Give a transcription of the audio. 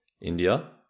india